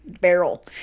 barrel